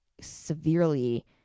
severely